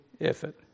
effort